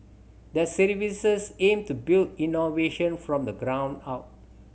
their services aim to build innovation from the ground up